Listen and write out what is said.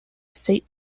saint